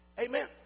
Amen